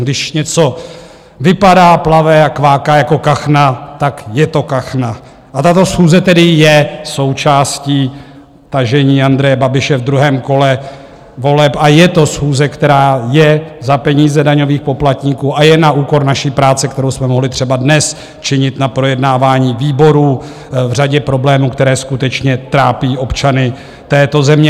Když něco vypadá, plave a kváká jako kachna, tak je to kachna, a tato schůze tedy je součástí tažení Andreje Babiše v druhém kole voleb a je to schůze, která je za peníze daňových poplatníků a je na úkor naší práce, kterou jsme mohli třeba dnes činit na projednávání výborů v řadě problémů, které skutečně trápí občany této země.